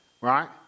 right